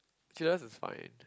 curious is fine